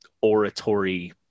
oratory